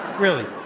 really.